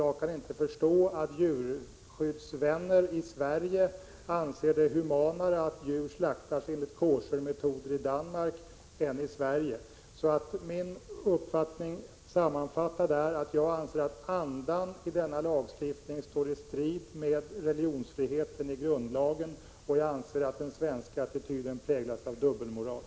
Jag kan inte förstå att djurskyddsvänner i Sverige anser det humanare — om jag får använda det ordet — att djuren slaktas enligt koschermetoder i Danmark än i Sverige. Min uppfattning är sammanfattningsvis att andan i denna lagstiftning står i strid med religionsfriheten i grundlagen, och jag anser att den svenska attityden präglas av dubbelmoral.